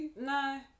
No